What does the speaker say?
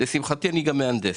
לשמחתי אני גם מהנדס.